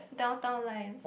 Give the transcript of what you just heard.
Downtown Line